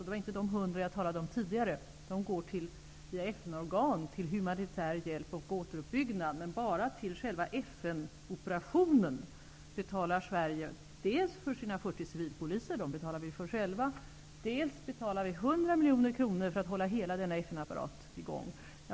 Det var inte de hundra miljoner som jag talade om tidigare, utan de går via FN organ till humanitär hjälp och återuppbyggnad. Bara till själva FN-operationen betalar Sverige dels för sina 40 civilpoliser, dels 100 miljoner kronor för att hålla hela denna FN-apparat i gång.